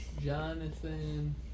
Jonathan